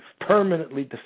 permanently